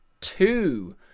two